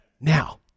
Now